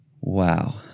Wow